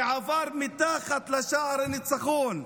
שעבר מתחת לשער הניצחון,